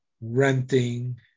renting